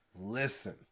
listen